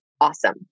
awesome